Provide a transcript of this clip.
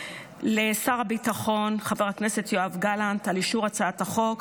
לשר הביטחון חבר הכנסת יואב גלנט על אישור הצעת החוק,